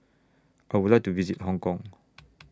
I Would like to visit Hong Kong